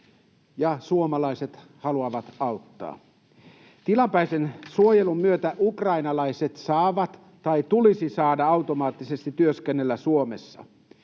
ja suomalaiset haluavat auttaa. Tilapäisen suojelun myötä ukrainalaiset saavat tai heidän tulisi saada automaattisesti työskennellä Suomessa,